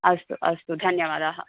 अस्तु अस्तु धन्यवादाः